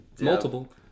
Multiple